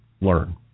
learn